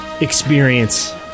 Experience